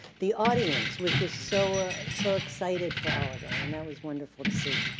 the audience was just so so excited for all of them and that was wonderful to see.